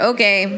Okay